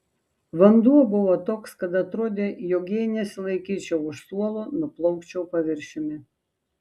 vanduo buvo toks kad atrodė jog jei nesilaikyčiau už suolo nuplaukčiau paviršiumi